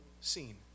scene